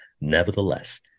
Nevertheless